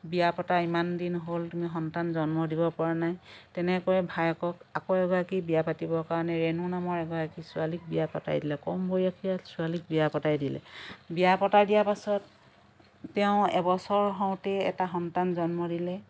বিয়া পতা ইমানদিন হ'ল তুমি সন্তান জন্ম দিব পৰা নাই তেনেকৈয়ে ভায়েকক আকৌ এগৰাকী বিয়া পাতিবৰ কাৰণে ৰেণু নামৰ এগৰাকী ছোৱালীক বিয়া পতাই দিলে কম বয়সীয়া ছোৱালীক বিয়া পতাই দিলে বিয়া পতাই দিয়া পাছত তেওঁ এবছৰ হওঁতেই এটা সন্তান জন্ম দিলে